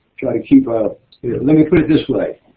try to keep. ah let me put it this way.